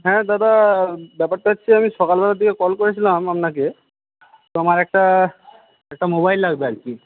হ্যাঁ দাদা ব্যাপারটা হচ্ছে আমি সকালবেলার দিকে কল করেছিলাম আপনাকে তো আমার একটা একটা মোবাইল লাগবে আর কি